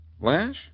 Lash